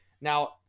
Now